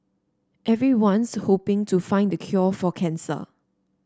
everyone's hoping to find the cure for cancer